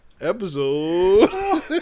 Episode